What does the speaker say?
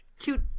Cute